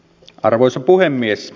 arvoisa puhemies